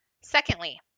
Secondly